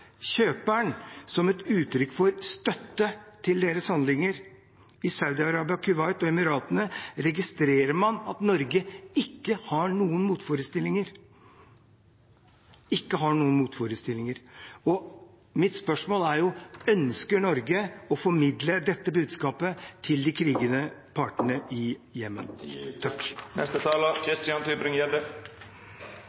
kjøperen som et uttrykk for støtte til deres handlinger. I Saudi-Arabia, Kuwait og Emiratene registrerer man at Norge ikke har noen motforestillinger – ikke har noen motforestillinger. Mitt spørsmål er: Ønsker Norge å formidle dette budskapet til de krigførende partene i